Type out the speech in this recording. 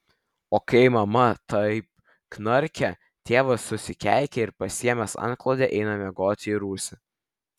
o kai mama taip knarkia tėvas susikeikia ir pasiėmęs antklodę eina miegoti į rūsį